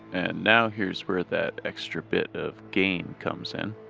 and now here's where that extra bit of gain comes in.